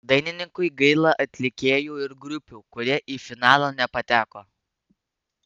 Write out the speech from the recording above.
dainininkui gaila atlikėjų ir grupių kurie į finalą nepateko